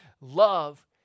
Love